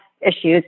issues